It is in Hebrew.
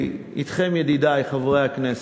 ידידי חברי הכנסת,